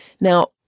Now